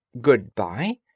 Good-bye